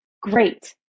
great